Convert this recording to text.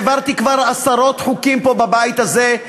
העברתי כבר עשרות חוקים פה בבית הזה,